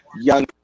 young